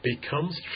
becomes